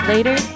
Later